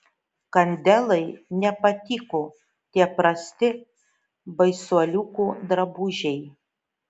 kandelai nepatiko tie prasti baisuoliukų drabužiai